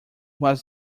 was